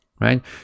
right